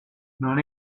non